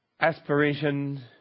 aspiration